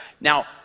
Now